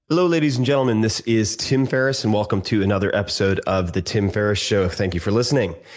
hello, ladies and gentlemen. this is tim ferriss, and welcome to another episode of the tim ferriss show. thank you for listening.